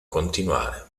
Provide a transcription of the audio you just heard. continuare